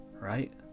right